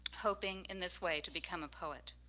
hoping in this way to become a poet.